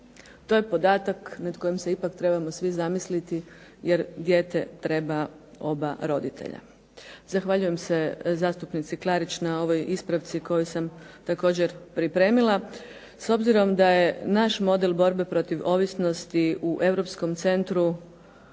To je podatak nad kojim se ipak trebamo svi zamisliti jer dijete treba oba roditelja. Zahvaljujem se zastupnici Klarić na ovoj ispravci koju sam također pripremila. S obzirom da je naš model borbe protiv ovisnosti u europskom centru